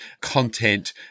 content